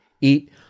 Eat